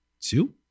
two